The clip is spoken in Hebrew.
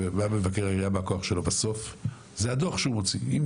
שמבקר העירייה בכוח שלו בסוף זה הדו"ח שהוא מוציא,